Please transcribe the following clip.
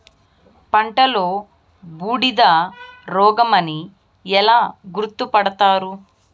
పంటలో బూడిద రోగమని ఎలా గుర్తుపడతారు?